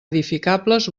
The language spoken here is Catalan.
edificables